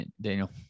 daniel